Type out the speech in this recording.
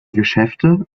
geschäfte